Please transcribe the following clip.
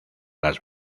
las